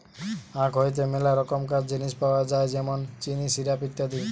আখ হইতে মেলা রকমকার জিনিস পাওয় যায় যেমন চিনি, সিরাপ, ইত্যাদি